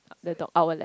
the dog our left